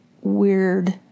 weird